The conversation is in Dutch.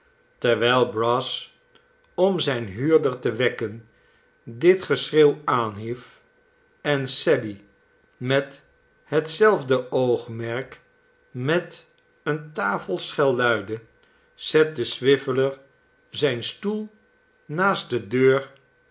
terwijl brass om zijn huurder te wekken dit geschreeuw aanhief en sally me'thetzelfde oogmerk met eene tafelschel luidde zette swiveller zijn stoel naast de deur